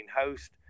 host